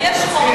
הרי יש חוק,